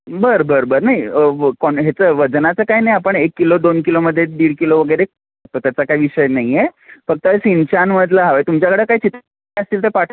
बरं बरं बरं नाही व कोण हेचं वजनाचं काही नाही आपण एक किलो दोन किलोमध्ये दीड किलो वगैरे तो त्याचा काय विषय नाही आहे फक्त सिंचानमधला हवं आहे तुमच्याकडं काय चित्र असतील ते पाठव